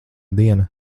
diena